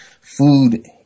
food